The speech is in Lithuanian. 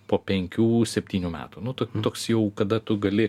po penkių septynių metų nu toks jau kada tu gali